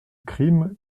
crime